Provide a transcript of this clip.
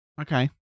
Okay